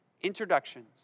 Introductions